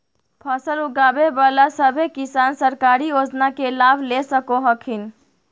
फसल उगाबे बला सभै किसान सरकारी योजना के लाभ ले सको हखिन